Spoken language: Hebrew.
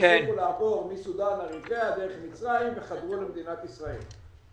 מאריתריאה שהצליחו לעבור דרך מצרים וחדרו למדינת ישראל.